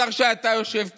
השר יושב פה,